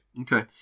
Okay